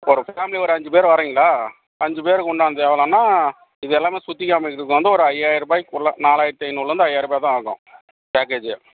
ஒரு ஃபேம்லி ஒரு அஞ்சு பேர் வர்றீங்களா அஞ்சு பேருக்கு உண்டானது எவ்வளோன்னா இது எல்லாமே சுற்றி காமிக்கிறதுக்கு வந்து ஒரு ஐயாயிரம் ரூபாய்க்குள்ளே நாலாயிரத்து ஐந்நூறுலிருந்து ஐயாயிரம் ரூபாய்தான் ஆகும் பேக்கேஜி